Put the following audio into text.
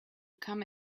come